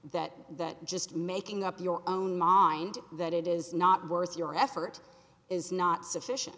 that that just making up your own mind that it is not worth your effort is not sufficient